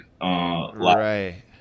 right